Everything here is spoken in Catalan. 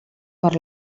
per